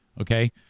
okay